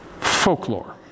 folklore